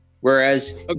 Whereas